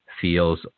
feels